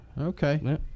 okay